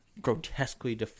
grotesquely